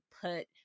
put